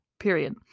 Period